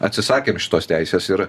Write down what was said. atsisakėm šitos teisės ir